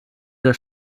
der